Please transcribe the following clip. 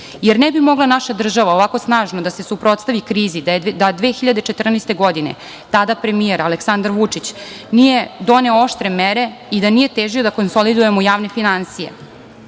jer ne bi mogla naša država ovako snažno da se suprotstavi krizi da 2014. godine tada premijer Aleksandar Vučić nije doneo oštre mere i da nije težio da konsolidujemo javne finansije. Podsetiću